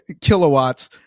kilowatts